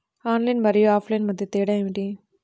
Online మరియు offline మధ్య తేడా ఏమిటీ?